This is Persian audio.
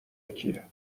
کیه